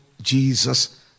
Jesus